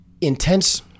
intense